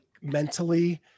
mentally